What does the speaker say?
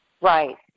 right